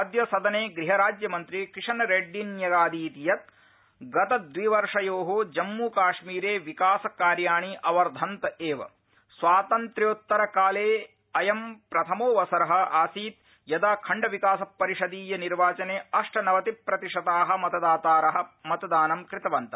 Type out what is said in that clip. अद्य सदने गृहराज्यमन्त्री किशन रेड्डी न्यगादीत् यत् गत द्विवर्षयो जम्मू काश्मीरे विकासकार्याणि अवर्धन्त एवा स्वातन्त्योत्तरकाल अयं प्रथमोऽवसर आसीत् यदा खण्ड विकास परिषदीय निर्वाचने अष्टनवति प्रतिशता मतदातार मतदानं कृतवन्त